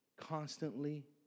constantly